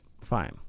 fine